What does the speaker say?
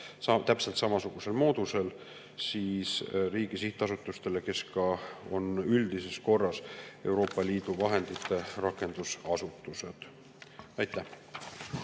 täpselt samasugusel moodusel riigi sihtasutustele, kes ka on üldises korras Euroopa Liidu vahendite rakendusasutused. Aitäh!